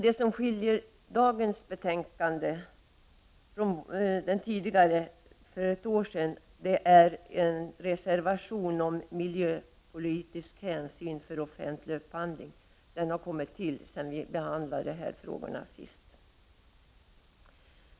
Det som skiljer dagens betänkande från det betänkande som behandlades för ett år sedan är en reservation om miljöpolitiska hänsyn för offentlig upphandling. Denna reservation har kommit till sedan vi sist behandlade dessa frågor.